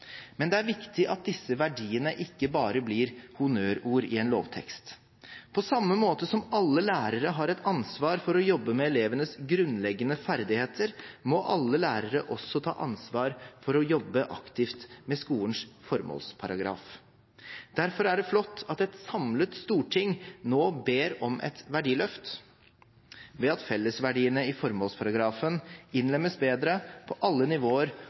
Men det er viktig at disse verdiene ikke bare blir honnørord i en lovtekst. På samme måte som at alle lærere har et ansvar for å jobbe med elevenes grunnleggende ferdigheter, må alle lærere også ta ansvar for å jobbe aktivt med skolens formålsparagraf. Derfor er det flott at et samlet storting nå ber om et verdiløft ved at fellesverdiene i formålsparagrafen innlemmes bedre på alle nivåer